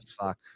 fuck